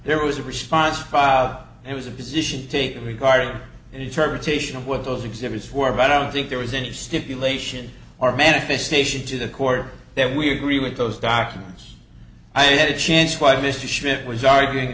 there was a response filed it was a position taken regarding an interpretation of what those exhibits were but i don't think there was any stipulation or manifestation to the court that we agree with those documents i had a chance what mr ship was arguing